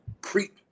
creep